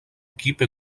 équipe